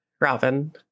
Robin